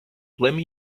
lemme